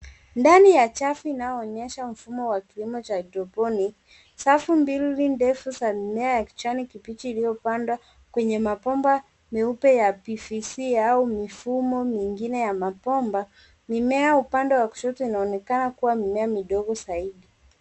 Ndani ya chafu inayoonyesha mfumo wa kilimo cha hydroponic ,safu mbili ndefu za mimea ya kijani kibichi iliyopandwa kwenye mabomba meupe ya PVC au mifumo mingine ya mabomba. Mimea upande wa kushoto inaonekana kuwa mimea midogo zaidi.